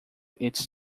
its